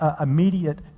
immediate